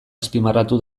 azpimarratu